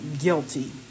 guilty